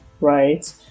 right